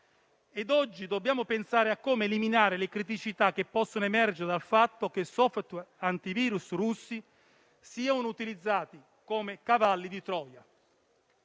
oggi dobbiamo pensare a come eliminare le criticità che possono emergere dal fatto che *software* antivirus russi siano utilizzati come cavalli di Troia.